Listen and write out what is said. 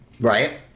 Right